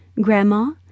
Grandma